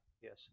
Yes